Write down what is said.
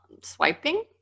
swiping